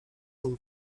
nim